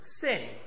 sin